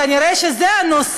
כנראה זה הנושא,